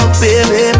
baby